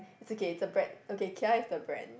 it's okay it's a brand okay kia is the brand